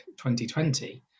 2020